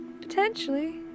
potentially